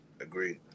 Agreed